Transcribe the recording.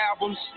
albums